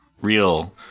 real